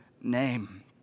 name